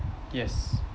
yes